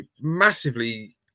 massively